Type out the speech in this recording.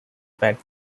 bat